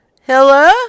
hello